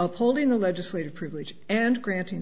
upholding the legislative privilege and granting